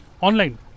online